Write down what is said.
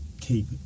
keep